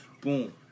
boom